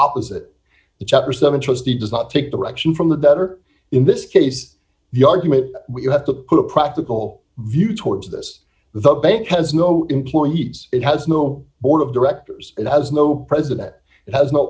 opposite the chapter seven trustee does not take direction from the better in this case the argument you have to put a practical view towards this the bank has no employees it has no board of directors it has no president it has no